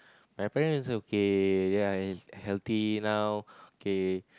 my parents are okay ya it's healthy now okay